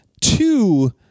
two